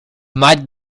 might